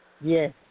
Yes